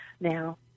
now